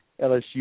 LSU